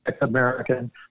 American